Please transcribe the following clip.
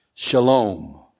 Shalom